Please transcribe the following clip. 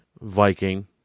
Viking